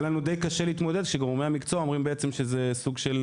היה לנו דיי קשה להתמודד עם זה שגורמי המקצוע אומרים שזה סוג של